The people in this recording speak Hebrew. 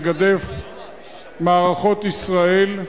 מגדף מערכות ישראל.